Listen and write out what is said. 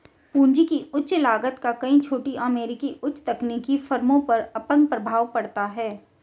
पूंजी की उच्च लागत का कई छोटी अमेरिकी उच्च तकनीकी फर्मों पर अपंग प्रभाव पड़ता है